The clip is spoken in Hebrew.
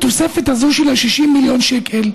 בתוספת הזאת של 60 מיליון שקל,